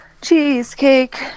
Cheesecake